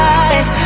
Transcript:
eyes